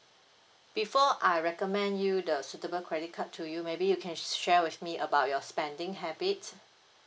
before I recommend you the suitable credit card to you maybe you can share with me about your spending habit